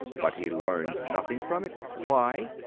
but he learns nothing from it. why?